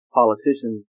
politicians